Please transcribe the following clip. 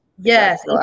Yes